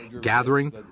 gathering